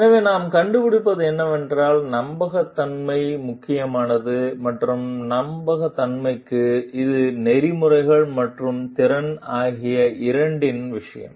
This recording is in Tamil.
எனவே நாம் கண்டுபிடித்தது என்னவென்றால் நம்பகத்தன்மை முக்கியமானது மற்றும் நம்பகத்தன்மைக்கு இது நெறிமுறைகள் மற்றும் திறன் ஆகிய இரண்டின் விஷயம்